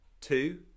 two